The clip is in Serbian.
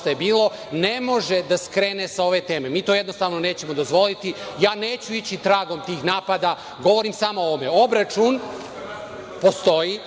bilo“ ne može da skrene sa ove teme. Mi to, jednostavno, nećemo dozvoliti. Ja neću ići tragom tih napada. Govorim samo o ovome. Obračun postoji.